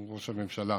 הוא ראש הממשלה,